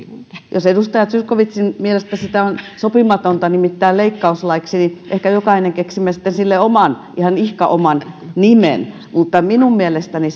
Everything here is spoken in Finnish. jos edustaja zyskowiczin mielestä sitä on sopimatonta nimittää leikkauslaiksi ehkä jokainen keksimme sitten sille ihan ihka oman nimen mutta minun mielestäni